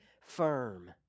firm